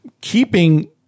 keeping